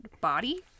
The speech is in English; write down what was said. body